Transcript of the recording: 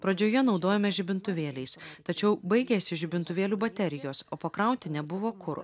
pradžioje naudojomės žibintuvėliais tačiau baigėsi žibintuvėlių baterijos o pakrauti nebuvo kur